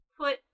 Put